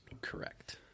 Correct